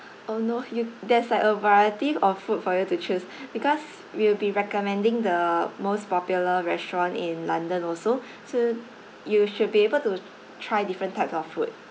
oh no you there's like a variety of food for you to choose because we'll be recommending the most popular restaurant in london also so you should be able to try different types of food